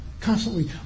Constantly